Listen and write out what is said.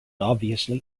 obviously